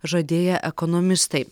žadėję ekonomistai